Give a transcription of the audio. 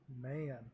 man